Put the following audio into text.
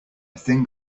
thing